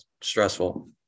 stressful